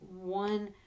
one